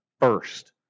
first